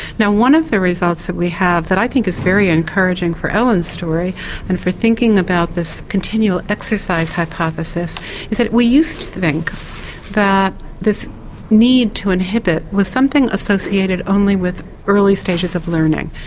now one of the results that we have that i think is very encouraging for ellen's story and for thinking about this continual exercise hypothesis is that we used to think that this need to inhibit was something associated only with early stages of learning,